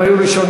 הם היו ראשונים.